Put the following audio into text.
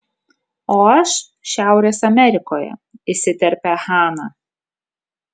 o aš šiaurės amerikoje įsiterpia hana